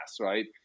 right